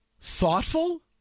Thoughtful